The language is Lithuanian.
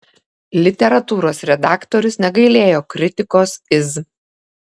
literatūros redaktorius negailėjo kritikos iz